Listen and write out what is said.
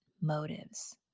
motives